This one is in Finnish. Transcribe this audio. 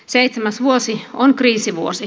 seitsemäs vuosi on kriisivuosi